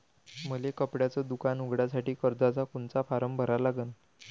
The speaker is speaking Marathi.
मले कपड्याच दुकान उघडासाठी कर्जाचा कोनचा फारम भरा लागन?